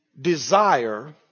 desire